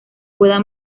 pueda